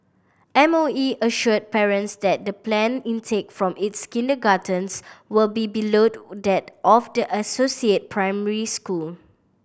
M O E assured parents that the planned intake from its kindergartens will be bellowed that of the associated primary school